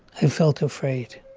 i felt afraid